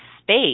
space